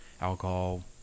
alcohol